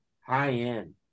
high-end